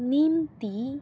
Nimti